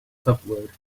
subword